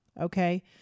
Okay